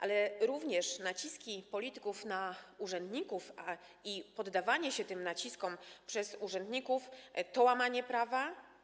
Ale również naciski polityków na urzędników i poddawanie się tym naciskom przez urzędników to łamanie prawa.